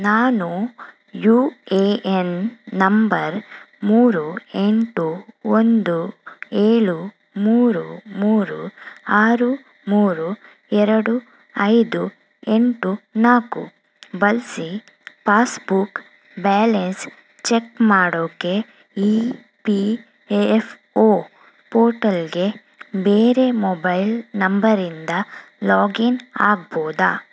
ನಾನು U A N number ಮೂರು ಎಂಟು ಒಂದು ಏಳು ಮೂರು ಮೂರು ಆರು ಮೂರು ಎರಡು ಐದು ಎಂಟು ನಾಲ್ಕು ಬಳಸಿ ಪಾಸ್ಬುಕ್ ಬ್ಯಾಲೆನ್ಸ್ ಚೆಕ್ ಮಾಡೋಕೆ ಈ ಪಿ ಎಫ್ ಓ ಪೋರ್ಟಲಿಗೆ ಬೇರೆ ಮೊಬೈಲ್ ನಂಬರಿಂದ ಲಾಗಿನ್ ಆಗ್ಬೋದಾ